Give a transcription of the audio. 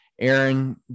Aaron